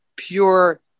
pure